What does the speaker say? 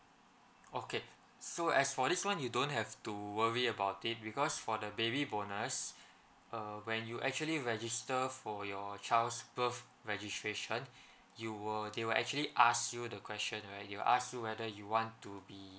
okay so as for this one you don't have to worry about it because for the baby bonus uh when you actually register for your child's birth registration you will they will actually ask you the question right they'll ask you whether you want to be